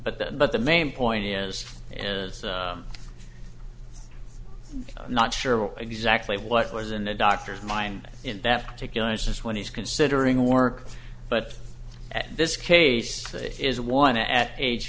but the but the main point is not sure exactly what was in the doctor's mind in that particular instance when he's considering work but at this case it is one at a